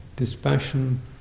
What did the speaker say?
dispassion